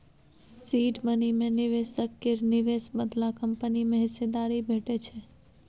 seed money मे निबेशक केर निबेश बदला कंपनी मे हिस्सेदारी भेटै छै